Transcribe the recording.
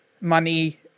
money